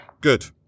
Good